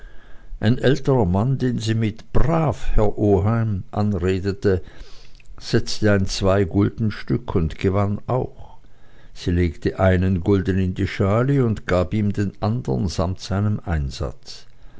ein älterer mann den sie mit brav herr oheim anredete setzte ein zweiguldenstück und gewann auch sie legte einen gulden in die schale und gab ihm den andern samt seinem einsatz